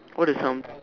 what is some